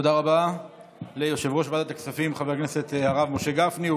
תודה רבה ליושב-ראש ועדת הכספים חבר הכנסת הרב משה גפני.